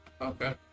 Okay